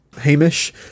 Hamish